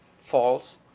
false